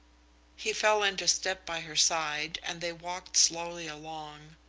he fell into step by her side, and they walked slowly along.